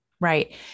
Right